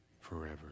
forever